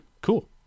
Cool